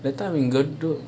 that time got do